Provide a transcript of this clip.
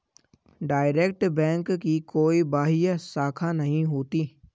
direct bank की कोई बाह्य शाखा नहीं होती